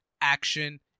action